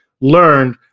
learned